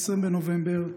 20 בנובמבר,